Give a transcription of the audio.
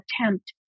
attempt